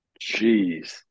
Jeez